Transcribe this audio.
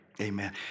Amen